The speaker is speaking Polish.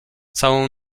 całą